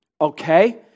Okay